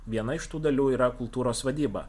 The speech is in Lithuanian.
viena iš tų dalių yra kultūros vadyba